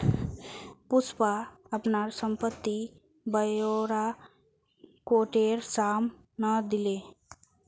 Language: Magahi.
पुष्पा अपनार संपत्ति ब्योरा कोटेर साम न दिले